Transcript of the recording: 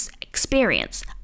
experience